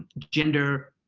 gender,